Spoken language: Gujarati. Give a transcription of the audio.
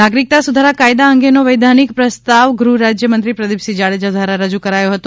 નાગરિકતા સુધારા કાયદા અંગેનો વૈધાનિક પ્રસ્તાવ ગૃહ રાજ્ય મંત્રી પ્રદિપસિંહ જાડેજા દ્વારા રજૂ કરાયો હતો